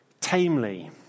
tamely